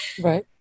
Right